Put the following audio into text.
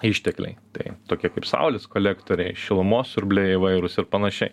ištekliai tai tokie kaip saulės kolektoriai šilumos siurbliai įvairūs ir panašiai